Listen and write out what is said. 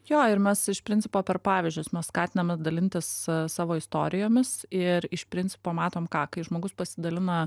jo ir mes iš principo per pavyzdžius mes skatiname dalintis savo istorijomis ir iš principo matom ką kai žmogus pasidalina